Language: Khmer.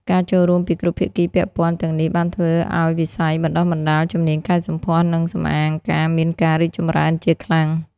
ការចូលរួមពីគ្រប់ភាគីពាក់ព័ន្ធទាំងនេះបានធ្វើឱ្យវិស័យបណ្តុះបណ្តាលជំនាញកែសម្ផស្ស និងសម្អាងការមានការរីកចម្រើនជាខ្លាំង។